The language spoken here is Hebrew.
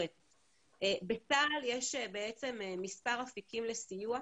בצה"ל יש בעצם מספר אפיקים לסיוע,